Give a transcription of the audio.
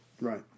Right